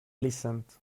listened